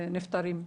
נפטרים.